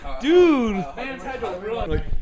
Dude